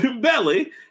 belly